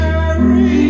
Carry